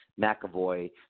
McAvoy